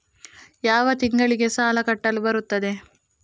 ಯಾವ ತಿಂಗಳಿಗೆ ಸಾಲ ಕಟ್ಟಲು ಬರುತ್ತದೆ?